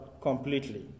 completely